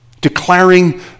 Declaring